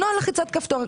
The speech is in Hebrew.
"נוהל לחיצת כפתור",